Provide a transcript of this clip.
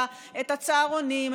את הצהרונים,